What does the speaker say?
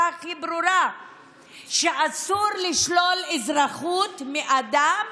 הכי ברורה שאסור לשלול אזרחות מאדם